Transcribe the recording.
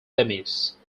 demise